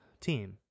team